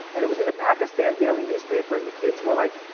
and it was in the pakistan daily newspaper and the kids were like,